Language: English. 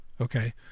Okay